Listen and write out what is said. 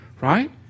right